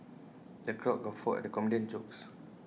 the crowd guffawed at the comedian's jokes